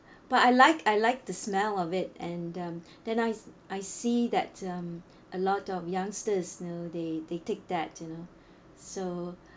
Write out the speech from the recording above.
but I like I like the smell of it and um then I I see that um a lot of youngsters you know they they take that you know so